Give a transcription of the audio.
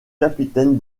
capitaine